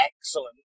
excellent